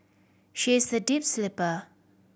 she is a deep sleeper